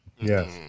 Yes